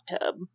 tub